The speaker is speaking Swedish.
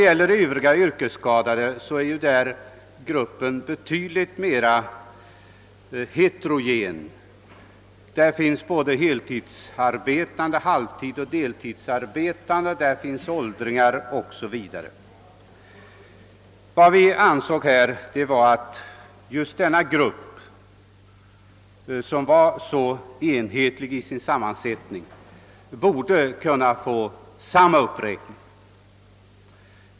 Gruppen övriga yrkesskadade är betydligt mer heterogen. Där finns både heltids-, halvtidsoch deltidsarbetande, där finns åldringar 0. S. Vv. Vi ansåg att just denna enhetliga grupp som de värnpliktiga utgör borde kunna få uppräkning med ett lika och ett högre procenttal.